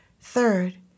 Third